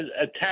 attack